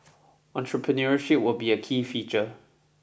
entrepreneurship would be a key feature